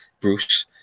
Bruce